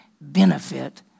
benefit